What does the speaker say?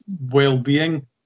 well-being